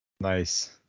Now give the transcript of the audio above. Nice